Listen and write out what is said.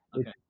Okay